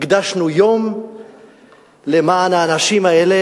הקדשנו יום למען האנשים האלה,